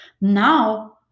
Now